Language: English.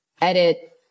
edit